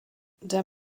der